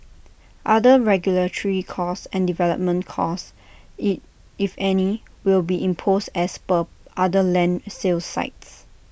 other regulatory costs and development costs if if any will be imposed as per other land sales sites